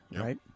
right